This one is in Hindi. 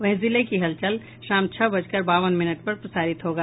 वहीं जिले की हलचल शाम छह बजकर बावन मिनट पर प्रसारित होगा